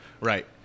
right